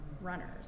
runners